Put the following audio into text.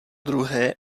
druhé